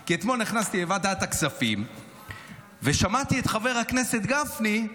כי אתמול נכנסתי לוועדת הכספים ושמעתי את חבר הכנסת גפני,